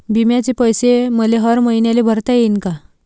बिम्याचे पैसे मले हर मईन्याले भरता येईन का?